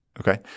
Okay